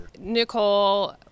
Nicole